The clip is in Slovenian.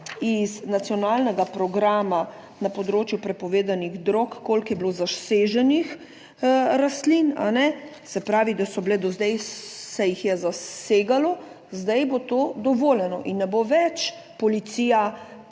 iz nacionalnega programa na področju prepovedanih drog, koliko je bilo zaseženih rastlin, se pravi, da so bile, do zdaj se jih je zasegalo, zdaj bo to dovoljeno in ne bo več policija